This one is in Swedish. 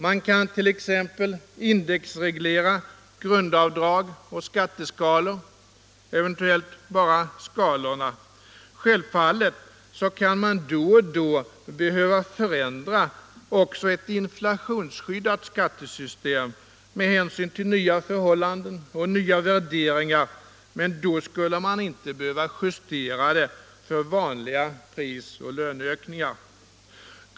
Man kan exempelvis indexreglera grundavdrag och skatteskalor, eventuellt bara skalorna. Självfallet kan man då och då behöva förändra också ett inflationsskyddat skattesystem med hänsyn till nya förhållanden och värderingar, men man skulle inte behöva justera för vanliga pris och löneökningar.